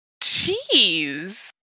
Jeez